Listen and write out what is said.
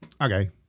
Okay